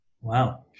Wow